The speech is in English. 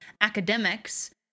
academics